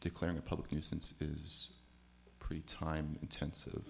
declaring a public nuisance is pretty time intensive